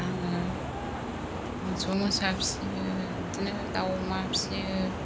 आङो मोसौ मोसा फियो बिदिनो दाउ अमा फियो